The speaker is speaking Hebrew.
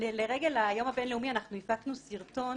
לרגל היום הבינלאומי אנחנו הפקנו סרטון